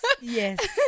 Yes